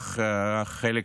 שלקח חלק